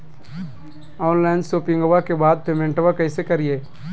Online शोपिंग्बा के बाद पेमेंटबा कैसे करीय?